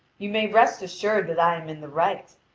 you may rest assured that i am in the right,